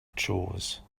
chores